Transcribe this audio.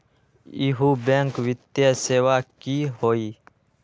इहु बैंक वित्तीय सेवा की होई?